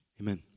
Amen